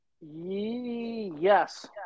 Yes